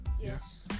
yes